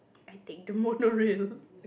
I think the monorail